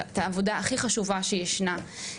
והסוגייה הכי חשובה שישנה,